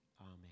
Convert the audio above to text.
Amen